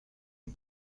est